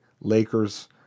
Lakers